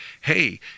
hey